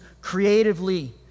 creatively